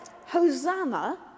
Hosanna